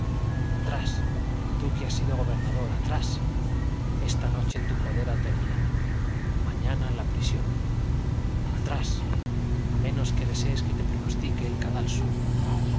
atrás tú que has sido gobernador atrás esta noche tu poder ha terminado mañana la prisión atrás a menos que desees que te pronostique el cadalso